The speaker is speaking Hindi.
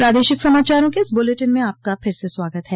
प्रादेशिक समाचारों के इस बुलेटिन में आपका फिर से स्वागत है